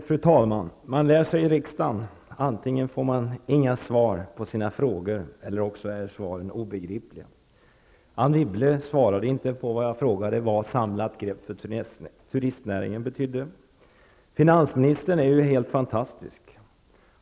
Fru talman! Man lär sig i riksdagen: antingen får man inga svar på sina frågor eller också är svaren obegripliga. Anne Wibble svarade inte på min fråga om vad ett samlat grepp på turistnäringen betydde. Förre finansministern är helt fantastisk.